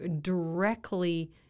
directly